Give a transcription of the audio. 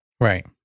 Right